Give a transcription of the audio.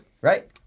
right